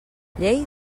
llei